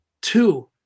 Two